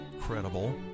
credible